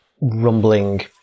rumbling